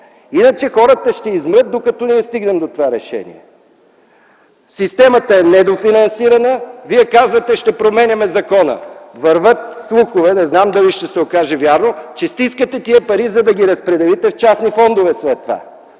Иначе хората ще измрат, докато стигнем до това решение. Системата е недофинансирана. Вие казвате „Ще променяме закона”. Вървят слухове – не знам дали ще се окаже вярно – че стискате тези пари, за да ги разпределите след това